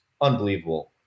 unbelievable